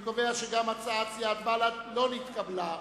אני קובע שגם הצעת האי-אמון של סיעת בל"ד לא נתקבלה.